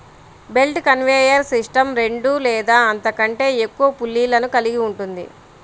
belt conveyor system రెండు లేదా అంతకంటే ఎక్కువ పుల్లీలను కలిగి ఉంటుంది